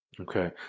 Okay